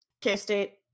K-State